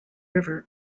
river